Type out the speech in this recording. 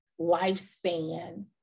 lifespan